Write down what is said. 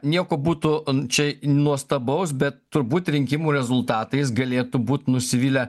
nieko būtų čia nuostabaus bet turbūt rinkimų rezultatais galėtų būt nusivylę